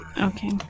Okay